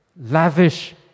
lavish